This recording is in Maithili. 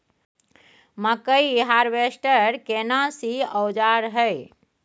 मकई हारवेस्टर केना सी औजार हय?